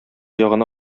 ягына